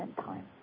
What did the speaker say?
time